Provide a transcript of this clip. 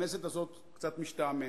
שהכנסת הזאת קצת משתעממת.